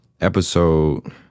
episode